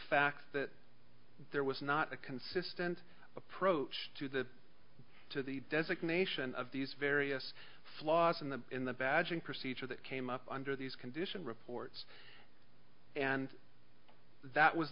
fact that there was not a consistent approach to the to the designation of these various flaws in the in the badging procedure that came up under these condition reports and that was